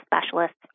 specialists